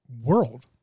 world